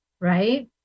Right